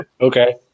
Okay